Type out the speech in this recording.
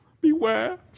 beware